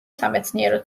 სამეცნიერო